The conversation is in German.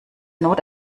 not